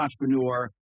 entrepreneur